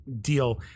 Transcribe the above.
deal